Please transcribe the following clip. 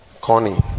Connie